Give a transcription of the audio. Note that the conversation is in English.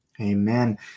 Amen